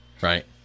right